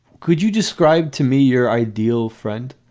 could you describe to me your ideal friend,